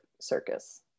Circus